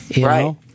Right